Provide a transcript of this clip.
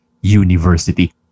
university